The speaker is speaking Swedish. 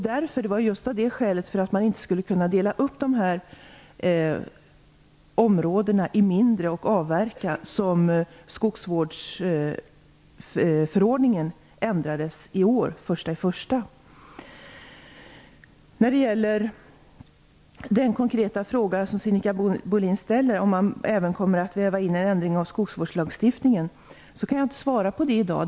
Det var just av det skälet att man inte skulle kunna dela upp områdena i mindre områden och avverka som skogsförordningen ändrades den När det gäller den konkreta fråga som Sinikka Bohlin ställer om man även kommer att väva in en ändring av skogsvårdslagstiftningen kan jag inte svara på det i dag.